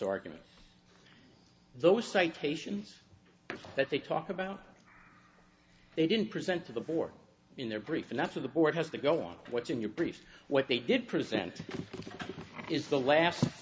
argument those citations that they talk about they didn't present to the board in their brief and that's of the board has to go on which in your brief what they did present is the last